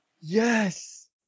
Yes